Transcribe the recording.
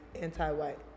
anti-white